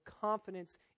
confidence